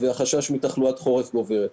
והחשש מתחלואת חורף גוברת.